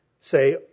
say